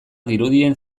dirudien